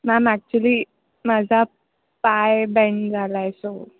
ma'am actually माझा पाय bend झाला आहे सो